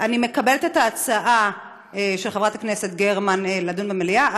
אני מקבלת את ההצעה של חברת הכנסת גרמן לדון במליאה,